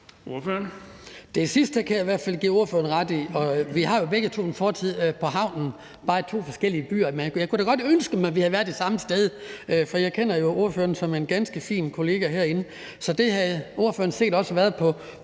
Det sidste kan jeg i hvert fald give ordføreren ret i, og vi har jo begge to en fortid på havnen – bare i to forskellige byer. Men jeg kunne da godt ønske mig, vi havde været det samme sted, for jeg kender jo ordføreren som en ganske fin kollega herinde, så det havde ordføreren sådan set også været på